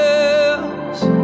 else